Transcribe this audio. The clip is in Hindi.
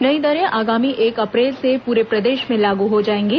नई दरें आगामी एक अप्रैल से पूरे प्रदेश में लागू हो जाएंगी